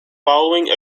following